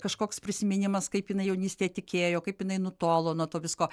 kažkoks prisiminimas kaip jinai jaunystėj tikėjo kaip jinai nutolo nuo to visko